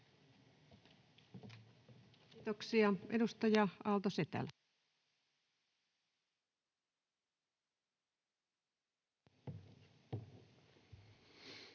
Kiitoksia. — Edustaja Aalto-Setälä.